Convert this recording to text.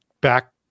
back